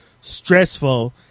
stressful